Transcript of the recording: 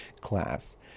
class